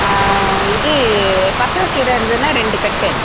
இது பசலக்கீர இருந்துதுனா ரெண்டுக் கட்டு